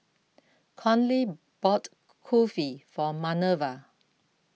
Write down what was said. Conley bought Kulfi for Manerva